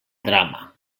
drama